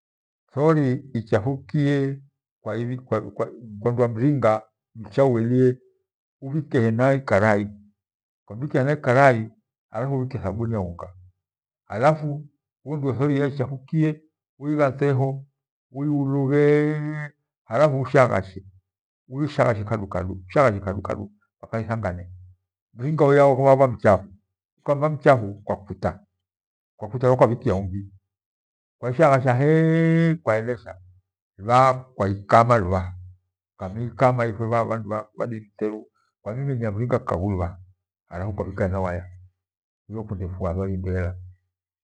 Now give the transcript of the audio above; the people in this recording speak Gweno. Thori ichafukrie kwa kwa kwamringa uele iibhkie hena ikarai. Ukambhikia hena ikarai hafu ubhikie thabuni ya unga hafu uondoe thori ya ichafuke uighate ho uiulughee halafu ushaghashe uishaghashe kadukadu mpaka ithangane niringa wia utabha mchafu ukamibha mchafu kwakuta kwakuta halafu kwabhikia ungio kwaishaghasha hee kwa elesha na kwaikana lubhaha ukamiikama lubhaha kwa dini teru kwaimimia mringa kughu luvuha halafu kwabhika hena waya hl kundefua thori indeela.